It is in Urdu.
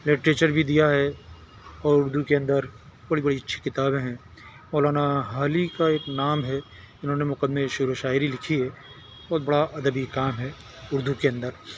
لٹریچر بھی دیا ہے اور اردو کے اندر بڑی بڑی اچھی کتابیں ہیں مولانا حالی کا ایک نام ہے انہوں نے مقدمۂ شعر وشاعری لکھی ہے بہت بڑا ادبی کام ہے اردو کے اندر